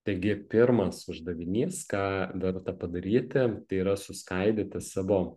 taigi pirmas uždavinys ką verta padaryti tai yra suskaidyti savo